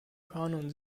kanon